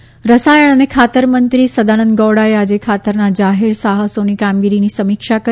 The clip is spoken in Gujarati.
ગૌડા ફર્ટીલાઇઝર રસાયણ અને ખાતર મંત્રી સદાનંદ ગૌડાએ આજે ખાતરનાં જાહેર સાહસોની કામગીરીની સમીક્ષા કરી